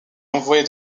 envoyer